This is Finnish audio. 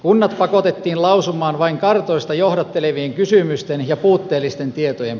unet pakotettiin lausumaan vain kartoista johdattelevien kysymysten ja puutteellisten tietojen